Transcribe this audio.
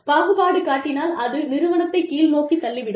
பாகுபாடு காட்டினால் அது நிறுவனத்தைக் கீழ் நோக்கித் தள்ளிவிடும்